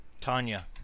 Tanya